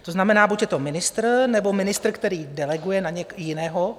To znamená, buď je to ministr, nebo ministr, který deleguje na jiného...